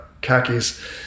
khakis